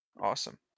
Awesome